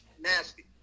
nasty